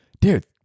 Dude